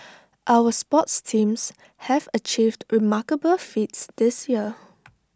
our sports teams have achieved remarkable feats this year